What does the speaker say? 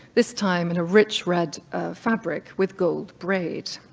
this time in a rich red fabric with gold braid.